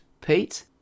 Pete